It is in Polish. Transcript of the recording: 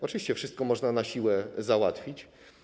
Oczywiście wszystko można na siłę załatwić.